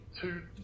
two